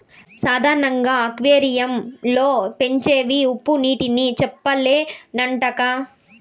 సాధారణంగా అక్వేరియం లో పెంచేవి ఉప్పునీటి చేపలేనంటక్కా